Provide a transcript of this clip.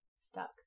stuck